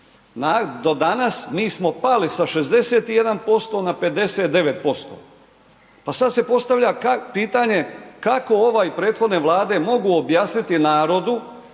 Do danas mi smo pali sa 61% na 59%, pa sad se postavlja pitanje kako ova i prethodne Vlade mogu objasniti narodu,